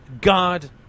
God